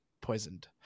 poisoned